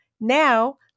Now